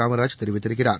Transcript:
காமராஜ் தெரிவித்திருக்கிறார்